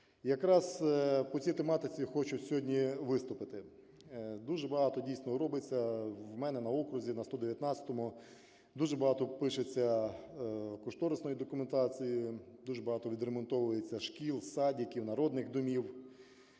Якраз по цій тематиці хочу сьогодні виступити. Дуже багато, дійсно, робиться у мене на окрузі на 119-му. Дуже багато пишеться кошторисної документації, дуже багатовідремонтовується шкіл, садків, народних домів,